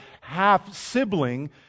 half-sibling